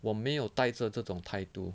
我没有带着这种态度